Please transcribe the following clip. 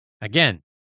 Again